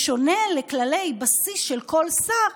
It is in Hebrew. בשונה מכללי בסיס של כל שר,